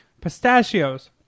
Pistachios